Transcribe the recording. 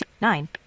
Nine